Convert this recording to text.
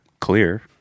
Clear